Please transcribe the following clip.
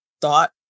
thought